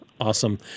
Awesome